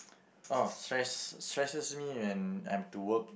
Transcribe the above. oh stress stresses me when I'm to work